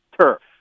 turf